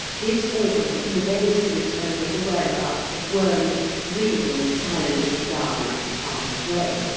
this organ conveys to its owner the whereabouts of worms wriggling silently down out of harm's way.